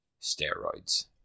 Steroids